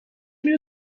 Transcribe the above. میره